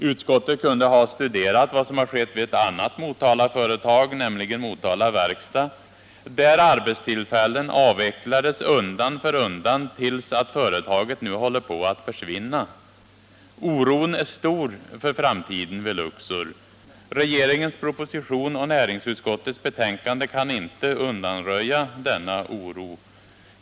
Utskottet kunde ha studerat vad som skett vid ett annat Motalaföretag, nämligen Motala Verkstad, där arbetstillfällen avvecklats undan för undan, så att företaget nu håller på att försvinna. Oron är stor för framtiden vid Luxor. Regeringens proposition och näringsutskottets betänkande kan inte undanröja denna oro.